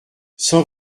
cent